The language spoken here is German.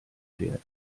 fährt